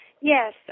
Yes